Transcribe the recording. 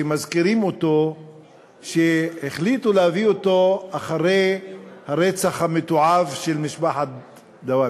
שמזכירים שהחליטו להביא אותו אחרי הרצח המתועב של משפחת דוואבשה.